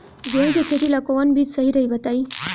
गेहूं के खेती ला कोवन बीज सही रही बताई?